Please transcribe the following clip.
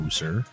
sir